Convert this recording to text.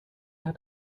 hat